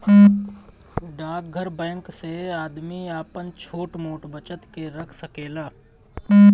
डाकघर बैंक से आदमी आपन छोट मोट बचत के रख सकेला